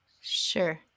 Sure